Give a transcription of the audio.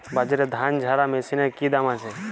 বাজারে ধান ঝারা মেশিনের কি দাম আছে?